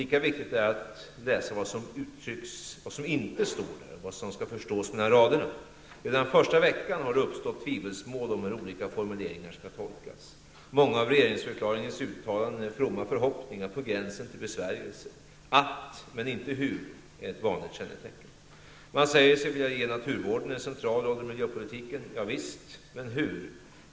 Lika viktigt är att läsa vad som uttrycks, vad som inte står där utan skall förstås mellan raderna. Redan den första veckan har det uppstått tvivelsmål om hur olika formuleringar skall tolkas. Många av regeringsförklaringens uttalanden är fromma förhoppningar på gränsen till besvärjelser. Att det står ''att'' men inte ''hur'' är ett vanligt kännetecken. Man säger sig vilja ge naturvården en central roll i miljöpolitiken. Ja visst, men hur?